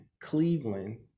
Cleveland